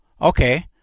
Okay